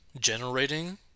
generating